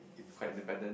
quite independent